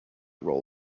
roll